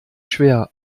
schwer